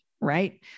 right